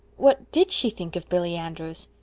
what did she think of billy andrews?